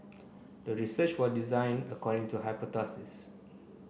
the research was designed according to hypothesis